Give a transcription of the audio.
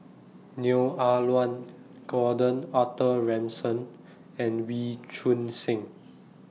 Neo Ah Luan Gordon Arthur Ransome and Wee Choon Seng